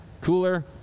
cooler